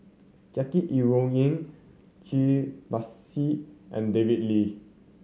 Jackie Yi Ru Ying Cai Bixia and David Lee